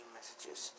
Messages